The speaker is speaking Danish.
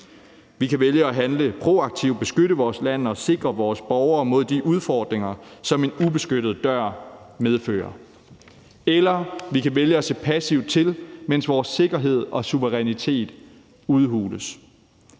Vi kan vælge at handle proaktivt, beskytte vores land og sikre vores borgere mod de udfordringer, som en ubeskyttet dør medfører, eller vi kan vælge at se passivt til, mens vores sikkerhed og suverænitet udhules.